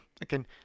again